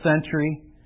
century